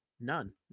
None